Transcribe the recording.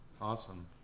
Awesome